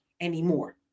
anymore